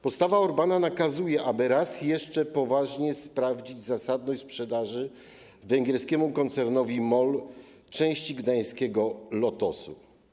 Postawa Orbana nakazuje, aby raz jeszcze poważnie sprawdzić zasadność sprzedaży węgierskiemu koncernowi MOL części gdańskiego Lotosu.